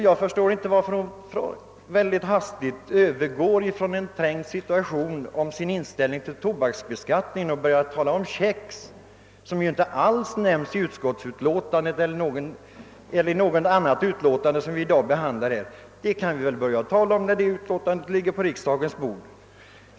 Jag förstår inte heller varför hon så hastigt i sitt trängda läge då det gäller inställningen till tobaksbeskattningen började tala om kex, som ju inte alls nämns i utskottsutlåtandet. Vi får väl behandla den frågan när det utlåtandet ligger på riksdagens bord.